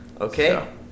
Okay